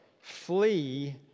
flee